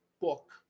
book